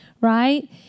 right